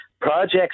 Projects